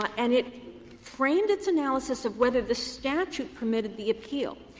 and it framed its analysis of whether the statute permitted the appeal.